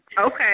Okay